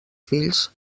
fills